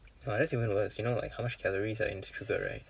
!wah! that's even worse you know like how much calories are in sugar right